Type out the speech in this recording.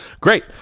Great